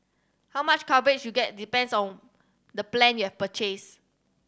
how much coverage you get depends on the plan you've purchase